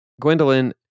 Gwendolyn